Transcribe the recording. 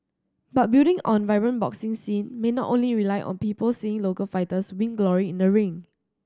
but building a vibrant boxing scene may not only rely on people seeing local fighters win glory in the ring